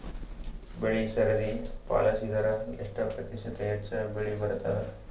ಬೆಳಿ ಸರದಿ ಪಾಲಸಿದರ ಎಷ್ಟ ಪ್ರತಿಶತ ಹೆಚ್ಚ ಬೆಳಿ ಬರತದ?